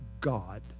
god